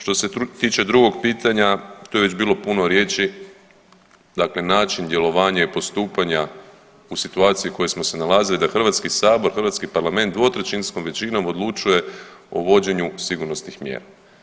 Što se tiče drugog pitanja to je već bilo puno riječi dakle način djelovanja i postupanja u situaciji u kojoj smo se nalazili da Hrvatski sabor, hrvatski parlament dvotrećinskom većinom odlučuje o vođenju sigurnosnih mjera.